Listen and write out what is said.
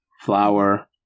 flour